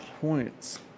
points